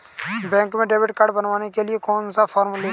Bank में debit card बनवाने के लिए कौन सा फॉर्म लेना है?